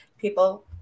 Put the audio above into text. people